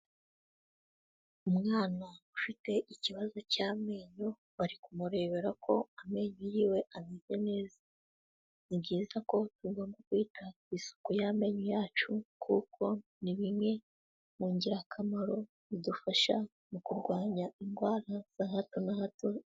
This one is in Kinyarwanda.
Umwana ufite ikibazo cy'amenyo, bari kumurebera ko amenyo yiwe ameze neza. Ni byiza ko tugomba kwita ku isuku y'amenyo yacu kuko ni bimwe mu ngirakamaro bidufasha mu kurwanya indwara za hato na hato.